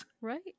right